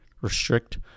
restrict